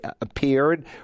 appeared